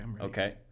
Okay